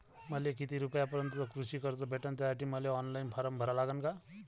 मले किती रूपयापर्यंतचं कृषी कर्ज भेटन, त्यासाठी मले ऑनलाईन फारम भरा लागन का?